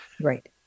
right